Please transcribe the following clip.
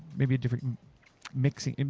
maybe a different mixing. um